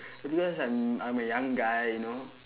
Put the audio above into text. because I'm I'm a young guy you know